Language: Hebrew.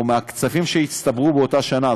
או מהכספים שהצטברו באותה שנה,